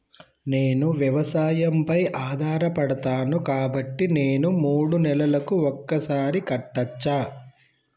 నేను వ్యవసాయం పై ఆధారపడతాను కాబట్టి నేను మూడు నెలలకు ఒక్కసారి కట్టచ్చా?